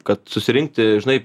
kad susirinkti žinai